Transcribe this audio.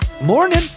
Morning